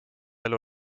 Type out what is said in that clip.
elu